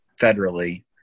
federally